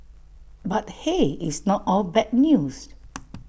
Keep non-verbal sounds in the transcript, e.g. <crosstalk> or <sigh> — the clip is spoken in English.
but hey it's not all bad news <noise>